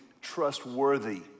trustworthy